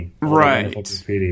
right